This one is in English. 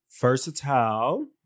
versatile